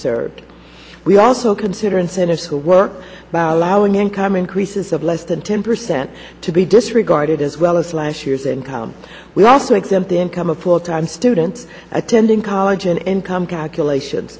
served we also consider incentives to work about allowing income increases of less than ten percent to be disregarded as well as last year's income we also exempt the income of full time students attending college and income calculation